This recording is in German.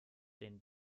den